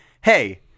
hey